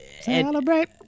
celebrate